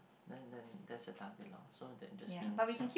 then then that's the target lor so that just means